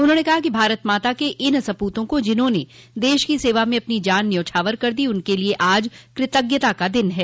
उन्होंने कहा कि भारत माता के इन सपूतों को जिन्होंने देश की सेवा में अपनी जान न्यौछावर कर दी उनके लिये आज कृतज्ञता का दिन है